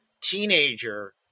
teenager